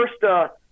first